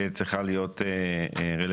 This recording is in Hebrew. צריכה להיות רלוונטית.